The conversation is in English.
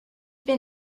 been